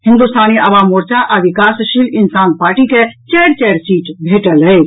हिन्दुस्तानी अवाम मोर्चा आ विकासशील इंसान पार्टी के चारि चारि सीट भेटल अछि